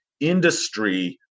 industry